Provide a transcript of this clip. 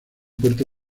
puerto